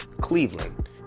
Cleveland